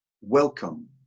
Welcome